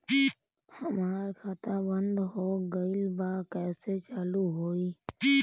हमार खाता बंद हो गईल बा कैसे चालू होई?